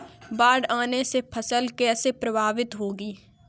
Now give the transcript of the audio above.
बाढ़ आने से फसल कैसे प्रभावित होगी?